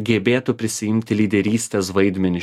gebėtų prisiimti lyderystės vaidmenį